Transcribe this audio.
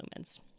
lumens